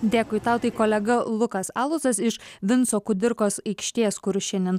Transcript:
dėkui tau tai kolega lukas alusas iš vinco kudirkos aikštės kur šiandien